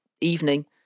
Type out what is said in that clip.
evening